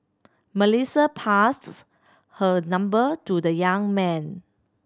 Melissa passed her number to the young man